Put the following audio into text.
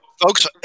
folks